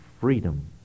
freedom